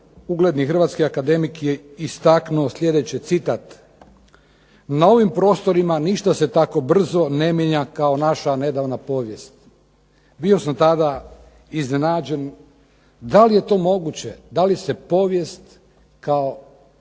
ugledni hrvatski akademik je istaknuo sljedeći citat: "Na ovim prostorima ništa se tako brzo ne mijenja kao naša nedavna povijest." Bio sam tada iznenađen, da li je to moguće? Da li se povijest kao